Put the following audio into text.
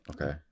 Okay